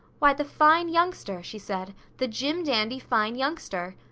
why, the fine youngster! she said. the jim-dandy fine youngster!